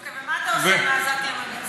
אוקיי, ומה אתה עושה עם העזתי הממוצע?